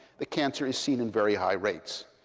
the cancer is seen in very high rates.